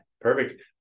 Perfect